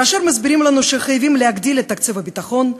כאשר מסבירים לנו שחייבים להגדיל את תקציב הביטחון,